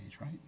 right